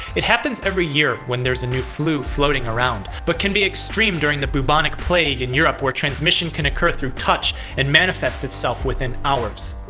it happens every year when there's a new flu floating around. but can be extreme like during the bubonic plague in europe where transmission can occur through touch and manifest itself within hours.